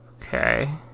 Okay